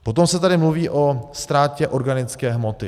Potom se tady mluví o ztrátě organické hmoty.